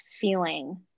feeling